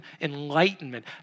enlightenment